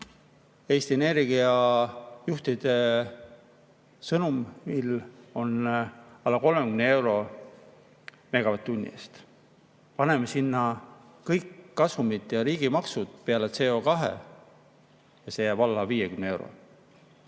Eesti Energia juhtide sõnul on alla 30 euro megavatt-tunni eest. Paneme sinna kõik kasumid ja riigimaksud [juurde] peale CO2[tasu] ja see jääb alla 50 euro.